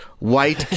White